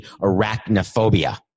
arachnophobia